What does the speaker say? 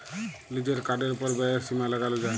লিজের কার্ডের ওপর ব্যয়ের সীমা লাগাল যায়